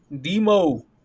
demo